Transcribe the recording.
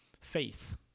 faith